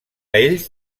ells